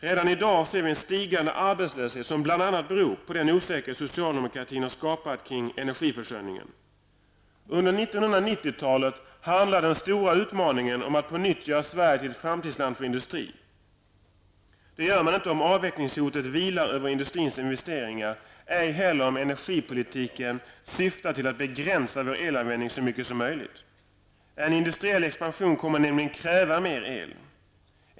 Redan i dag ser vi en stigande arbetslöshet, som bl.a. beror på den osäkerhet som socialdemokratin har skapat kring energiförsörjningen. Under 1990-talet handlar den stora utmaningen om att på nytt göra Sverige till ett framtidsland för industri. Det gör man inte om avvecklingshotet vilar över industrins investeringar, ej heller om energipolitiken syftar till att begränsa vår elanvändning så mycket som möjligt. En industri ell expansion kommer nämligen att kräva mer el.